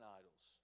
idols